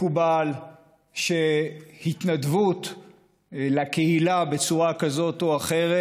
מקובל שהתנדבות לקהילה בצורה כזאת או אחרת